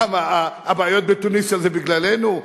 למה, הבעיות בתוניסיה זה בגללנו?